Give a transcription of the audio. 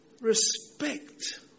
respect